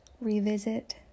revisit